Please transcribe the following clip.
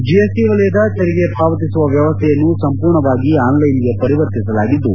GST ವಲಯದ ತೆರಿಗೆ ಪಾವತಿಸುವ ವ್ಲವಸ್ಥೆಯನ್ನು ಸಂಪೂರ್ಣವಾಗಿ ಆನ್ಲ್ಲೆನ್ಗೆ ಪರಿವರ್ತಿಸಲಾಗಿದ್ದು